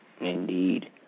Indeed